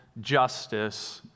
justice